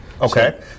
okay